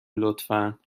لطفا